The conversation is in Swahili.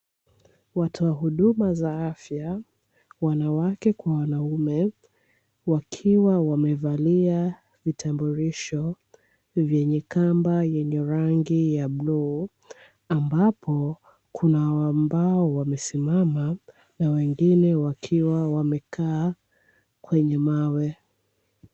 Watoa huduma za afya wanawake kwa wanaume, wakiwa wamevalia vitambulisho vyenye kamba yenye rangi ya bluu, ambapo kuna ambao wamesimama, na wengine wakiwa wamekaa kwenye mawe.